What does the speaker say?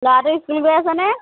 ল'ৰাটো স্কুল গৈ আছেনে